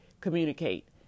communicate